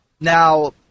Now